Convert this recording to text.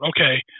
okay